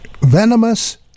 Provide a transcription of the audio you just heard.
Venomous